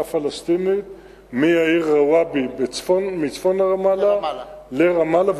הפלסטינית מהעיר רוואבי מצפון לרמאללה לרמאללה,